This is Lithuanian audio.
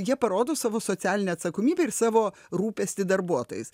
jie parodo savo socialinę atsakomybę ir savo rūpestį darbuotojais